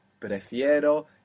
Prefiero